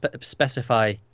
specify